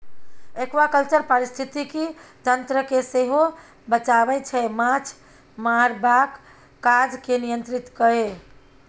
aquaculture पारिस्थितिकी तंत्र केँ सेहो बचाबै छै माछ मारबाक काज केँ नियंत्रित कए